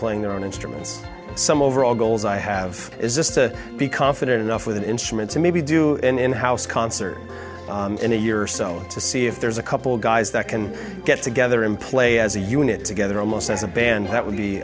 their own instruments some overall goals i have is just to be confident enough with an instrument to maybe do in house concert in a year or so to see if there's a couple guys that can get together and play as a unit together almost as a band that would be